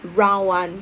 round one